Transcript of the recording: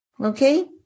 okay